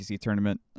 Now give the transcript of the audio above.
tournament